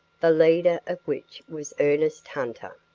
the leader of which was ernest hunter,